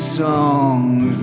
songs